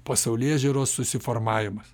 pasaulėžiūros susiformavimas